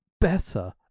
better